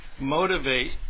motivate